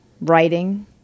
writing